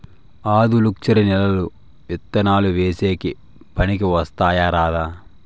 ఆధులుక్షరి నేలలు విత్తనాలు వేసేకి పనికి వస్తాయా రాదా?